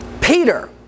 Peter